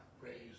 raised